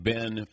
Ben